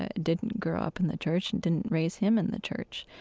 ah didn't grow up in the church, and didn't raise him in the church.